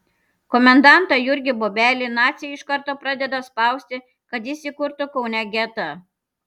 komendantą jurgį bobelį naciai iš karto pradeda spausti kad jis įkurtų kaune getą